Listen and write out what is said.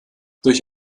durch